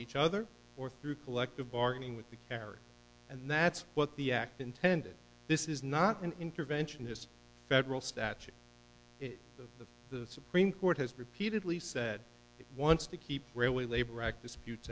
each other or through collective bargaining with the carrot and that's what the act intended this is not an interventionist federal statute the supreme court has repeatedly said it wants to keep railway labor act disputes